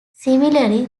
similarly